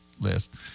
list